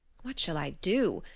what shall i do,